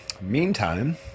meantime